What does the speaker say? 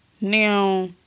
Now